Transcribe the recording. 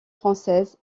française